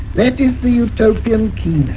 that is the utopian